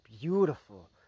beautiful